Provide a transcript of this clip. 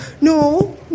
no